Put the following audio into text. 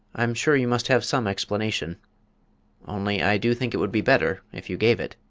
i'm sure you must have some explanation only i do think it would be better if you gave it.